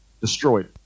Destroyed